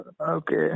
Okay